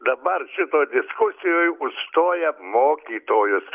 dabar šitoj diskusijoj užstoja mokytojus